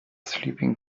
sleeping